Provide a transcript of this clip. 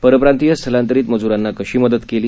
परप्रांतीय स्थलांतरीत मज्रांना कशी मदत केली